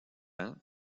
ans